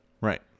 Right